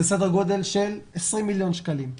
זה סדר גודל של 20 מיליון שקלים עלות.